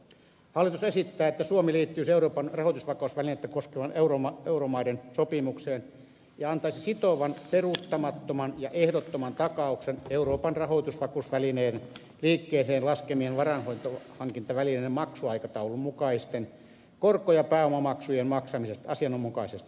hallitus esittää että suomi liittyisi euroopan rahoitusvakausvälinettä koskevaan euromaiden sopimukseen ja antaisi sitovan peruuttamattoman ja ehdottoman takauksen euroopan rahoitusvakausvälineen liikkeeseen laskemien varainhankintavälineiden maksuaikataulun mukaisten korko ja pääomamaksujen maksamisesta asianmukaisesti